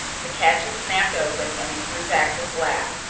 the catches snapped open and he threw back the flap.